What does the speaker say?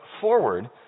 forward